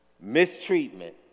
Mistreatment